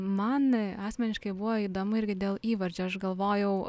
man asmeniškai buvo įdomu irgi dėl įvardžio aš galvojau